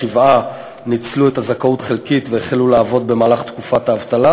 שבעה ניצלו את הזכאות חלקית והחלו לעבוד במהלך תקופת האבטלה,